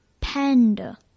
Panda